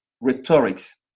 rhetorics